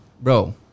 Bro